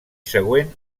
següent